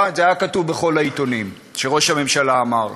זה היה כתוב בכל העיתונים, שראש הממשלה אמר.